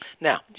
Now